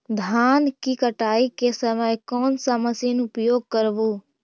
धान की कटाई के समय कोन सा मशीन उपयोग करबू?